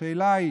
והשאלה היא